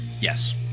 Yes